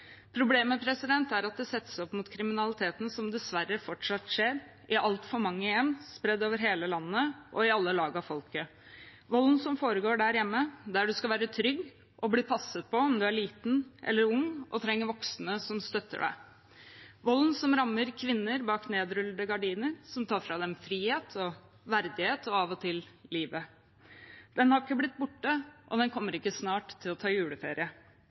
Problemet er at det settes opp mot kriminaliteten som dessverre fortsatt skjer i altfor mange hjem, spredt over hele landet og i alle lag av folket. Volden som foregår der hjemme, der du skal være trygg og bli passet på om du er liten eller ung og trenger voksne som støtter deg, volden som rammer kvinner bak nedrullede gardiner, og som tar fra dem friheten, verdigheten og av og til livet, har ikke blitt borte, og den kommer ikke til snart å ta juleferie.